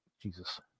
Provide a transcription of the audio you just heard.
Jesus